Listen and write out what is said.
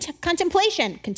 contemplation